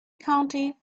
county